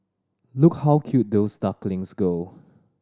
look how cute those ducklings go